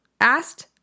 asked